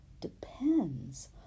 depends